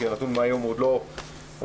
כי הנתון מהיום עוד לא רלוונטי,